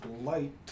light